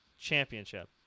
Championship